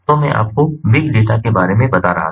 तो मैं आपको बिग डेटा के बारे में बता रहा था